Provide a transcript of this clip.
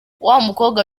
wamukobwa